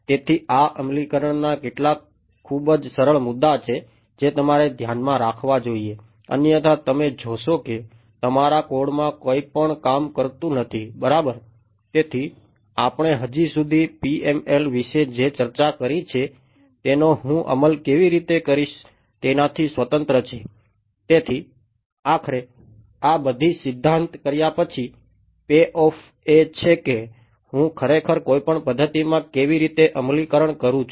તેથી આ અમલીકરણના એ છે કે હું ખરેખર કોઈપણ પદ્ધતિમાં કેવી રીતે અમલીકરણ કરું છું